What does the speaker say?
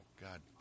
god